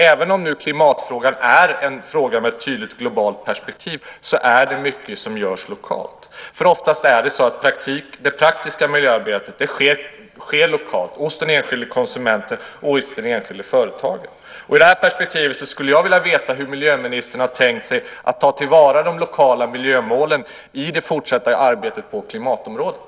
Även om klimatfrågan nu är en fråga med ett tydligt globalt perspektiv görs mycket lokalt - oftast sker det praktiska miljöarbetet lokalt, hos den enskilda konsumenten och hos det enskilda företaget. I det perspektivet skulle jag vilja veta hur miljöministern tänkt sig att ta till vara de lokala miljömålen i det fortsatta arbetet på klimatområdet.